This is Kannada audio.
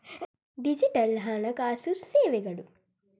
ಡಿಜಿಟಲ್ ಹಣಕಾಸು ಸೇವೆಗಳು